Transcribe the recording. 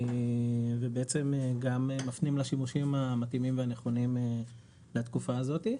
וגם מפנים לשימושים המתאימים והנכונים לתקופה הזאת.